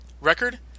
record